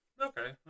Okay